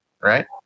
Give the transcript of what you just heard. right